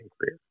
career